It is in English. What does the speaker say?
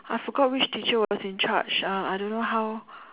I forgot which teacher was in charge uh I don't know how